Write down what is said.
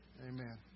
Amen